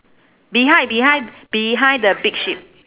behind behind behind the big sheep